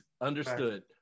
Understood